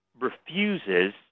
refuses